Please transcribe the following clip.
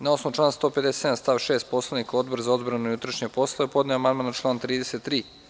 Na osnovu člana 157. stav 6. Poslovnika, Odbor za odbranu i unutrašnje poslove podneo je amandman na član 33.